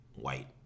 white